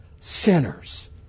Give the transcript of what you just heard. sinners